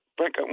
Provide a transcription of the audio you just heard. Frank